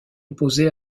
opposé